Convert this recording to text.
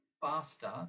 faster